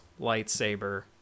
lightsaber